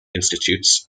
institutes